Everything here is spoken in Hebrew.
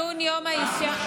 ציון יום האישה,